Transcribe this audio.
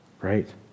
right